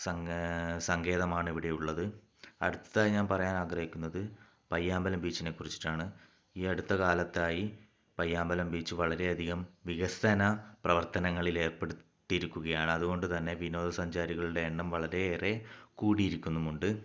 സങ്കേ സങ്കേതമാണ് ഇവിടെയുള്ളത് അടുത്തതായി ഞാൻ പറയാൻ ആഗ്രഹിക്കുന്നത് പയ്യാമ്പലം ബീച്ചിനെ കുറിച്ചിട്ടാണ് ഈ അടുത്ത കാലത്തായി പയ്യാമ്പലം ബീച്ച് വളരെ അധികം വികസന പ്രവർത്തങ്ങളിൽ ഏർപ്പെടുത്തിയിരിക്കുകയാണ് അതുകൊണ്ട് തന്നെ വിനോദ സഞ്ചാരികളുടെ എണ്ണം വളരെ ഏറെ കൂടിയിരിക്കുന്നുമുണ്ട്